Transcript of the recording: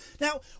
Now